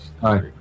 Hi